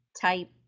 type